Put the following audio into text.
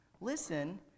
Listen